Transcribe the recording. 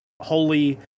holy